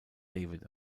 david